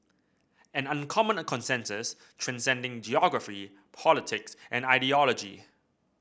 an uncommon consensus transcending geography politics and ideology